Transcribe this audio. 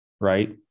right